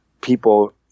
people